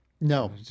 No